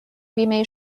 بیمه